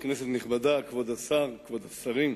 כפי שהעיד פה כבוד השר לנדאו,